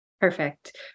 Perfect